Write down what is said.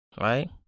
Right